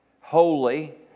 holy